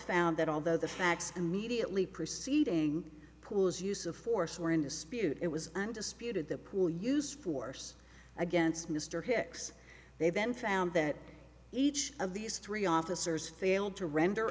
found that although the facts and mediately preceding pools use of force were in dispute it was undisputed the i will use force against mr hicks they then found that each of these three officers failed to render